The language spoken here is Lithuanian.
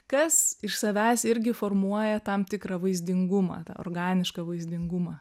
kas iš savęs irgi formuoja tam tikrą vaizdingumą tą organišką vaizdingumą